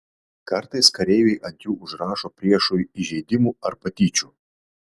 kartais kareiviai ant jų užrašo priešui įžeidimų ar patyčių